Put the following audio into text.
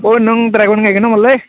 अ नों द्रागन गायगोन नामालै